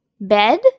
bed